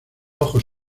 ojos